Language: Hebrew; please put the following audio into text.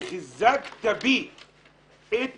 וחיזקת בי את